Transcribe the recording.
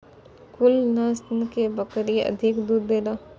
कुन नस्ल के बकरी अधिक दूध देला?